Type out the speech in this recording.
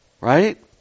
right